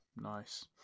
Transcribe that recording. Nice